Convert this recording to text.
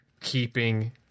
keeping